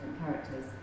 characters